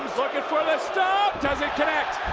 looking for the stop! does it connect,